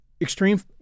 Extreme